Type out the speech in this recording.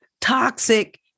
toxic